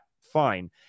Fine